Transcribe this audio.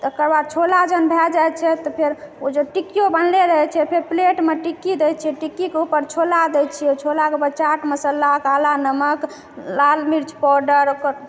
तकर बाद छोला जहन भए जाइ छै तऽ फेर ओ जे टिकियो बनले रहै छै फेर प्लेटमे टिक्की दै छियै फिर टिक्कीके उपर छोला दै छियै छोलाके उपर चाट मसाला काला नमक लाल मिर्च पाउडर